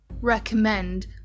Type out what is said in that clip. recommend